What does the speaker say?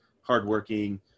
hardworking